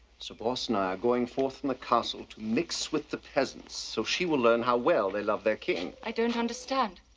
sir boss and i are going forth from the castle to mix with the peasants so she will learn how well they love their king. i don't understand.